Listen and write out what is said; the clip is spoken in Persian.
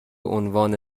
عنوان